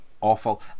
awful